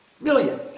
million